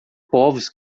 povos